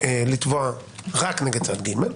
לתבוע רק נגד צד ג'.